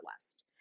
west